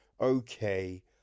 okay